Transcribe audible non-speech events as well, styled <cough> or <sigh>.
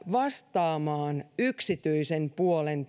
vastaamaan yksityisen puolen <unintelligible>